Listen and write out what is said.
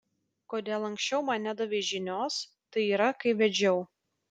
kodėl anksčiau man nedavei žinios tai yra kai vedžiau